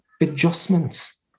adjustments